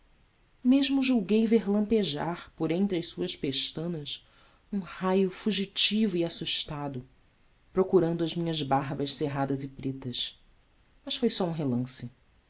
mesmo julguei ver lampejar por entre as suas pestanas um raio fugitivo e assustado procurando as minhas barbas cerradas e pretas mas foi só um relance